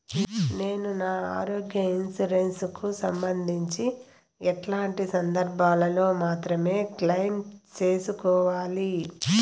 నేను నా ఆరోగ్య ఇన్సూరెన్సు కు సంబంధించి ఎట్లాంటి సందర్భాల్లో మాత్రమే క్లెయిమ్ సేసుకోవాలి?